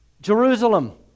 Jerusalem